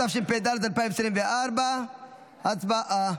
התשפ"ד 2024. הצבעה.